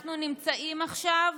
אנחנו נמצאים עכשיו